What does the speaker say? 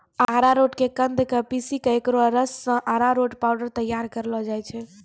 अरारोट के कंद क पीसी क एकरो रस सॅ अरारोट पाउडर तैयार करलो जाय छै